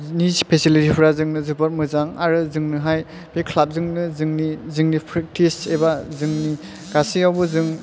नि सिफेलिथिफ्रा जोंनो जोबोद मोजां आरो जोंनोहाय बे ख्लाबजोंनो जोंनि फ्रेखथिस एबा गासैयावबो जों